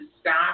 stop